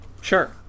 Sure